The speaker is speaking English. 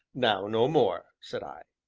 now no more, said i.